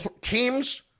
teams